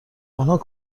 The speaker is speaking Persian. آنها